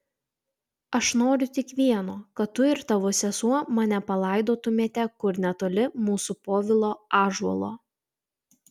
aš noriu tik vieno kad tu ir tavo sesuo mane palaidotumėte kur netoli mūsų povilo ąžuolo